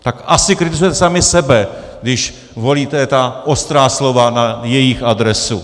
Tak asi kritizujete sami sebe, když volíte ta ostrá slova na jejich adresu.